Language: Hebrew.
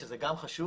שזה גם חשוב,